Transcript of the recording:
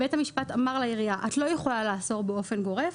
בית המשפט אמר לעירייה: את לא יכולה לאסור באופן גורף,